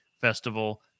Festival